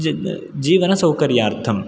ज् जीवनसौकर्यार्थम्